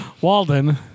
Walden